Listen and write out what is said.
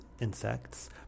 insects